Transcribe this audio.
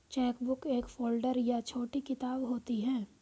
chequebook एक folder या छोटी किताब होती है